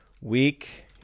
Week